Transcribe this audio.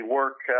work